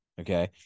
okay